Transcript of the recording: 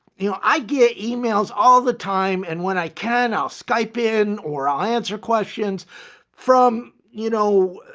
you know, i get emails all the time. and when i can, i'll skype in or i answer questions from, you know,